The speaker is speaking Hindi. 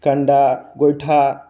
कंडा गोइठा